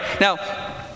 Now